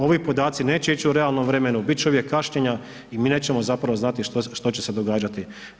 Ovi podaci neće ići u realnom vremenu, bit će uvijek kašnjenja i mi nećemo zapravo znati što će se događati.